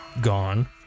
gone